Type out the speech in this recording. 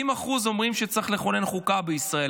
70% אומרים שצריך לכונן חוקה בישראל,